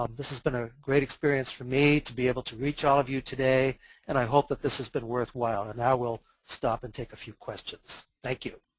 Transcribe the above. um this has been a great experience for me to be able to reach all of you today and i hope that this has been worthwhile. and i will stop and take a few questions. thank you.